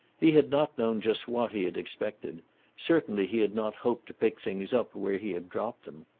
he had not known just what he had expected certainly he had not hoped to pick things up where he had dropped them.